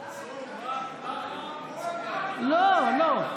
מנסור, מה, לא, לא,